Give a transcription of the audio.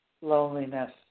loneliness